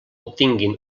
obtinguin